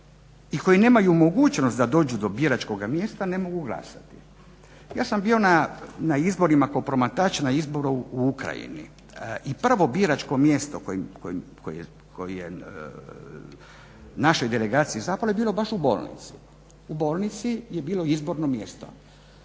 i koje nemaju mogućnost da dođu do biračkoga mjesta ne mogu glasati. Ja sam bio na izborima kao promatrač na izboru u Ukrajini i prvo biračko mjesto koje je našoj delegaciji zapalo je bilo baš u bolnici. U bolnici je bilo izborno mjesto,